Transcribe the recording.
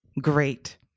great